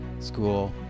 School